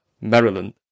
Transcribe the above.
Maryland